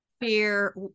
fear